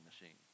machine